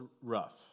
rough